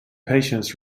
patients